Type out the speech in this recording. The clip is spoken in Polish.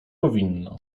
powinno